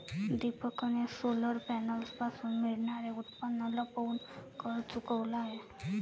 दीपकने सोलर पॅनलपासून मिळणारे उत्पन्न लपवून कर चुकवला आहे